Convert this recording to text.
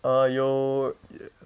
err 有